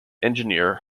engineer